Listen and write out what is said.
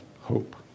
hope